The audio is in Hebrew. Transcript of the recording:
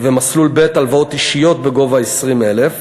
ומסלול ב' הלוואות אישיות בגובה 20,000 ש"ח.